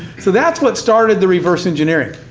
so that's what started the reverse engineering.